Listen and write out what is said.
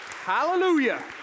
Hallelujah